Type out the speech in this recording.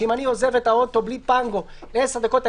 שאם אני עוזב את האוטו בלי פנגו לעשר דקות,